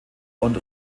und